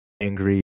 angry